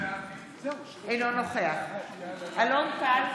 אינו נוכח אלון טל,